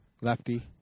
lefty